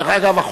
דרך אגב,